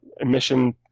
emission